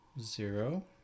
zero